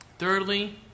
Thirdly